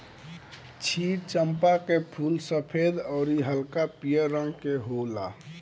क्षीर चंपा के फूल सफ़ेद अउरी हल्का पियर रंग के होला